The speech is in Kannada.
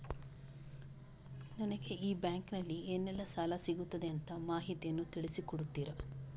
ನನಗೆ ಈ ಬ್ಯಾಂಕಿನಲ್ಲಿ ಏನೆಲ್ಲಾ ಸಾಲ ಸಿಗುತ್ತದೆ ಅಂತ ಮಾಹಿತಿಯನ್ನು ತಿಳಿಸಿ ಕೊಡುತ್ತೀರಾ?